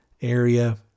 area